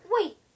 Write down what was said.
Wait